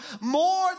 more